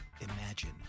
Imagine